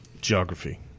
Geography